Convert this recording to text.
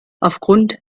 aufgrund